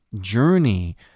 journey